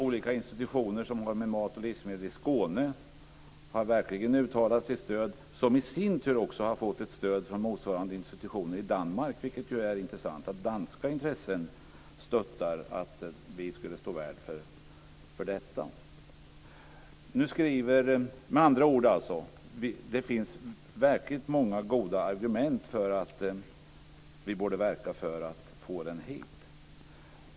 Olika institutioner som håller med mat och livsmedel i Skåne har verkligen uttalat sitt stöd som i sin tur har fått ett stöd från motsvarande institutioner i Danmark, vilket är intressant. Danska intressen stöttar att vi skulle stå värd för detta. Med andra ord: Det finns verkligt många goda argument för att vi borde verka för att få den hit.